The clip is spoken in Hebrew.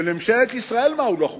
שממשלת ישראל אמרה שהוא לא חוקי.